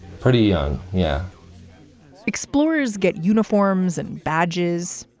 pretty young, yeah explorers get uniforms and badges.